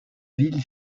ville